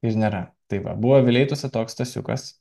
ir nėra tai va buvo vileitose toks stasiukas